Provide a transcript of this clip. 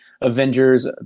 Avengers